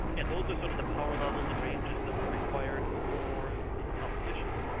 and those are sort of the power levels and ranges that were required for the competition.